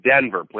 Denver